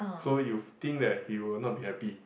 so you think that he will not be happy